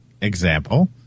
Example